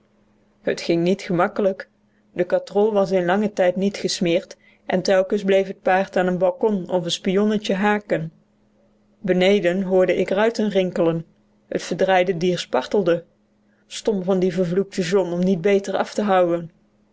het ging niet gemakkelijk de katrol was in langen tijd niet gesmeerd en telkens bleef het paard aan een balkon of spionnetje haken beneden hoorde ik ruiten rinkelen het verdraaide dier spartelde stom van dien vervloekten john om niet beter af te houden